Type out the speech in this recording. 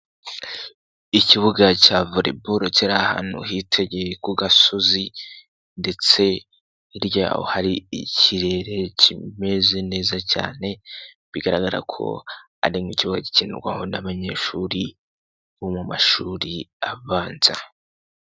Ikibuga cya vole boro kiri ahantu hitegeye ku gasozi ndetse hirya hari ikirere kimeze neza cyane, bigaragara ko ari mu kibuga gikinrwaho n'abanyeshuri bo mu mashuri abanza.